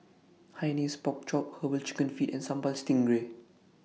Hainanese Pork Chop Herbal Chicken Feet and Sambal Stingray